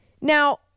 Now